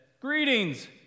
Greetings